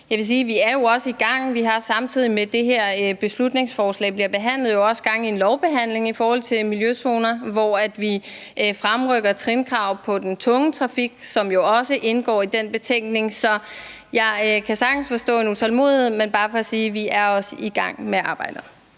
at vi jo også er i gang, for vi har, samtidig med at det her beslutningsforslag bliver behandlet, også gang i en lovbehandling i forhold til miljøzoner, hvor vi fremrykker trinkrav på den tunge trafik, som jo også indgår i den betænkning. Så jeg kan sagtens forstå en utålmodighed, men det er bare for at sige, at vi også er i gang med arbejdet.